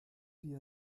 wir